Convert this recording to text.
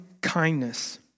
kindness